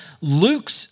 Luke's